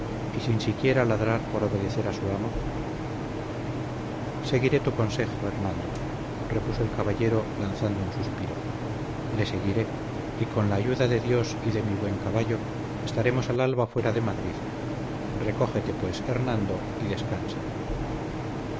y sin siquiera ladrar por obedecer a su amo seguiré tu consejo hernando repuso el caballero lanzando un suspiro le seguiré y con la ayuda de dios y de mi buen caballo estaremos al alba fuera de madrid recógete pues hernando y descansa